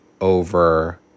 over